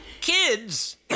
kids